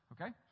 Okay